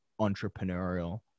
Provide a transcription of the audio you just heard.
entrepreneurial